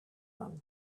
them